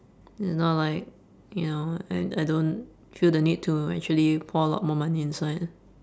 it's not like you know I I don't feel the need to actually pour a lot more money inside